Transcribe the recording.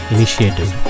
Initiative